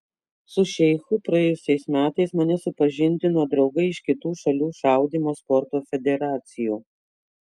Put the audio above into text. su šeichu praėjusiais metais mane supažindino draugai iš kitų šalių šaudymo sporto federacijų